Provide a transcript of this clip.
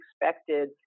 expected